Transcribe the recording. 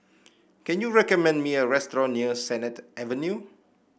can you recommend me a restaurant near Sennett Avenue